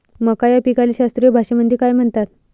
मका या पिकाले शास्त्रीय भाषेमंदी काय म्हणतात?